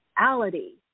reality